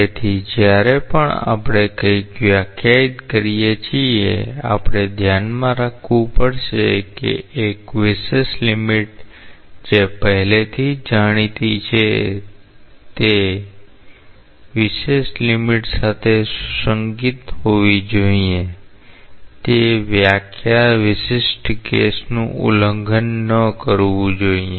તેથી જ્યારે પણ આપણે કંઈક વ્યાખ્યાયિત કરીએ છીએ આપણે ધ્યાનમાં રાખવું પડશે કે એક વિશેષ લીમીટ જે પહેલાથી જ જાણીતી છે તે તે વિશેષ લીમીટ સાથે સુસંગત હોવી જોઈએ તે વ્યાખ્યા વિશિષ્ટ કેસનું ઉલ્લંઘન ન કરવું જોઈએ